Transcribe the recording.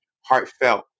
heartfelt